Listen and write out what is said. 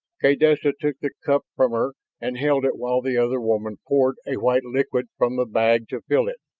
kaydessa took the cup from her and held it while the other woman poured a white liquid from the bag to fill it.